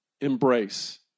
embrace